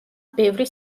ბევრი